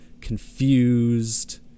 confused